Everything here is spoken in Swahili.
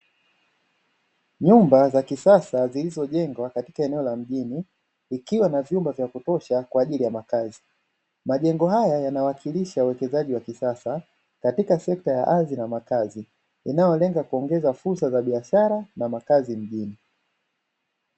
Nyumba za kisasa zilizojengwa katika eneo la mjini, ikiwa na vyumba vya kutosha kwa ajili ya makazi. Majengo haya yanawakilisha uwekezaji wa kisasa katika sekta ya ardhi na makazi, inayolenga kuongeza fursa za biashara na makazi mjini.